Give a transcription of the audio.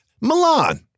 Milan